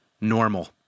normal